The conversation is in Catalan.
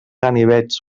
ganivets